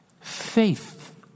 Faith